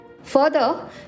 Further